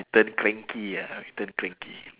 turn cranky ah we turn cranky